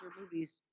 movies